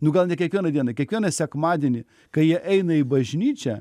nu gal ne kiekvieną dieną kiekvieną sekmadienį kai jie eina į bažnyčią